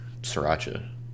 sriracha